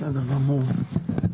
בסדר גמור.